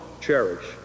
cherish